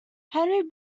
henry